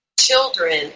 Children